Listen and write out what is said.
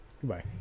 Goodbye